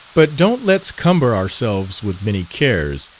but don't let's cumber ourselves with many cares,